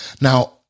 Now